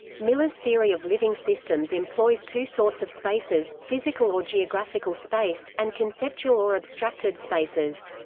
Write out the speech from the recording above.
miller's theory of living systems employs two sorts of spaces physical or geographical space, and conceptual or abstracted spaces.